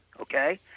okay